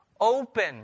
open